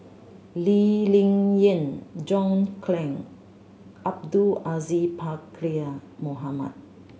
Lee Ling Yen John Clang Abdul Aziz Pakkeer Mohamed